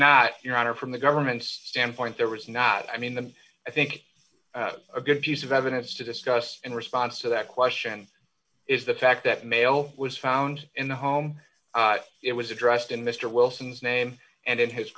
not your honor from the government's standpoint there was not i mean the i think a good piece of evidence to discuss in response to that question is the fact that mail was found in the home it was addressed in mister wilson's name and in his